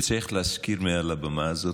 וצריך להזכיר מעל הבמה הזאת,